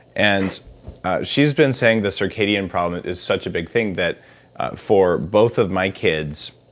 and she's been saying the circadian problem is such a big thing, that for both of my kids,